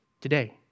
today